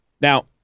Now